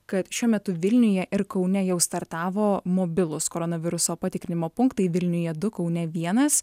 kad šiuo metu vilniuje ir kaune jau startavo mobilūs koronaviruso patikrinimo punktai vilniuje du kaune vienas